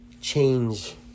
change